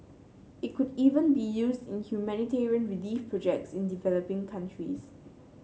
it could even be used in humanitarian relief projects in developing countries